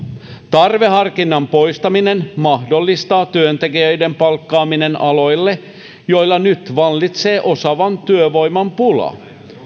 tarveharkinnan poistaminen mahdollistaa työntekijöiden palkkaamisen aloille joilla nyt vallitsee osaavan työvoiman pula